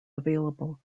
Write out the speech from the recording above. available